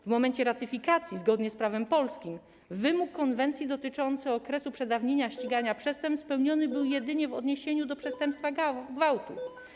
W momencie ratyfikacji zgodnie z prawem polskim wymóg konwencji dotyczący okresu przedawnienia ścigania przestępstw spełniony był jedynie w odniesieniu do przestępstwa gwałtu.